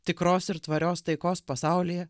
tikros ir tvarios taikos pasaulyje